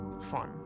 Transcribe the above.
fun